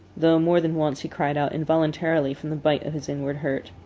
though more than once he cried out involuntarily from the bite of his inward hurt.